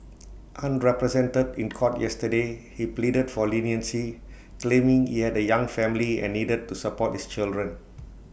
unrepresented in court yesterday he pleaded for leniency claiming he had A young family and needed to support his children